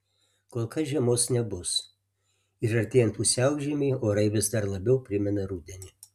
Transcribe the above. kol kas žiemos nebus ir artėjant pusiaužiemiui orai vis dar labiau primena rudenį